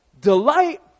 Delight